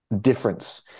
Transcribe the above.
difference